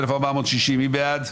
מי בעד?